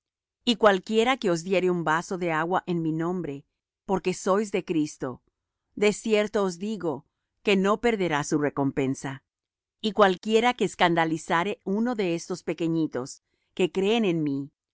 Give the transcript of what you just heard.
y cualquiera que os diere un vaso de agua en mi nombre porque sois de cristo de cierto os digo que no perderá su recompensa y cualquiera que escandalizare á uno de estos pequeñitos que creen en mí